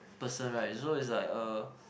person right so it's like uh